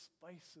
spices